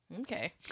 Okay